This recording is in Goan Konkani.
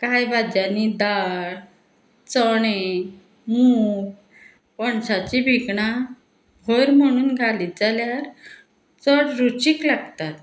कांय भाज्यांनी दाळ चणे मूग पणसाचीं भिगणां भर म्हणून घालीत जाल्यार चड रुचीक लागतात